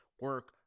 Work